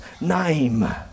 name